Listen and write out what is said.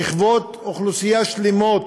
שכבות אוכלוסייה שלמות